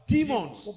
Demons